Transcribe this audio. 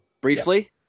briefly